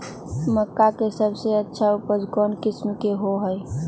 मक्का के सबसे अच्छा उपज कौन किस्म के होअ ह?